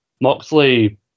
Moxley